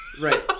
Right